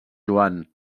joan